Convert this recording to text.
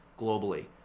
globally